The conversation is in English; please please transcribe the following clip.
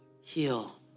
heal